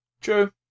True